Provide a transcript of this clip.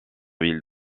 ville